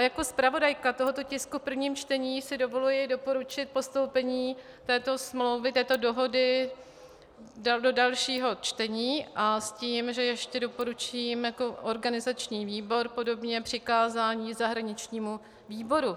Jako zpravodajka tohoto tisku v prvním čtení si dovoluji doporučit postoupení této smlouvy, této dohody, do dalšího čtení s tím, že ještě doporučím podobně jako organizační výbor přikázání zahraničnímu výboru.